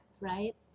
right